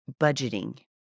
budgeting